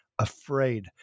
afraid